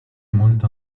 molto